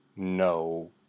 No